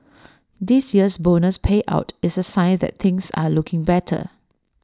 this year's bonus payout is A sign that things are looking better